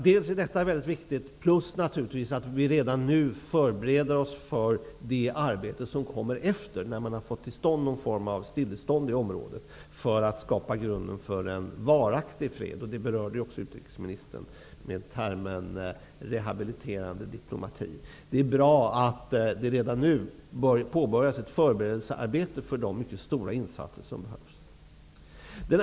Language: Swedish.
Det är också viktigt att vi redan nu förbereder oss för det arbete som följer efter det att man har fått till stånd någon form av stillestånd i området, för att skapa en varaktig fred. Det berörde också utrikesministern med termen rehabiliterande diplomati. Det är bra att det redan nu påbörjas ett förberedelsearbete för de mycket stora insatser som behövs.